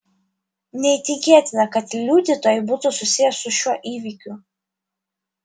neįtikėtina kad liudytojai būtų susiję su šiuo įvykiu